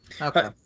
Okay